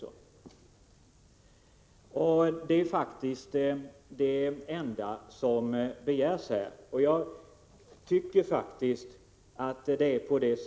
Det är faktiskt det enda som begärs här.